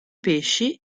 pesci